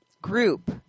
group